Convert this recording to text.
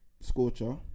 Scorcher